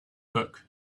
book